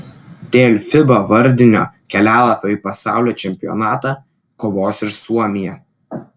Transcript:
dėl fiba vardinio kelialapio į pasaulio čempionatą kovos ir suomija